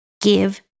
Give